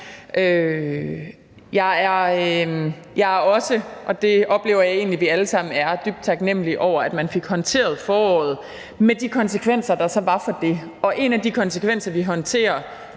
er – dybt taknemlig over, at man fik håndteret foråret med de konsekvenser, der så var. En af de konsekvenser, vi håndterer